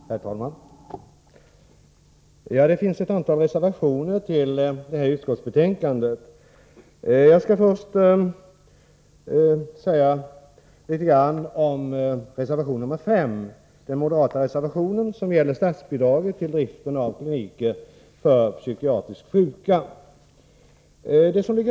Herr talman! Det finns ett antal reservationer fogade till detta utskottsbetänkande. Jag skall först säga några ord om den moderata reservationen nr 5, som gäller statsbidrag till driften av kliniker för psykiskt sjuka.